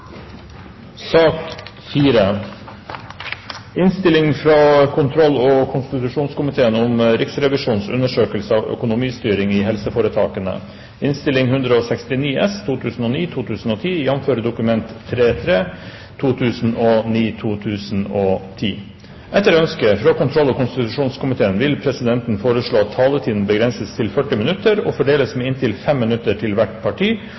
sak nr. 3. Etter ønske fra kontroll- og konstitusjonskomiteen vil presidenten foreslå at taletiden begrenses til 40 minutter og fordeles med inntil 5 minutter til hvert parti